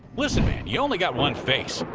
listen man, you only got one face.